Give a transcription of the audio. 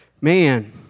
man